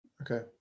Okay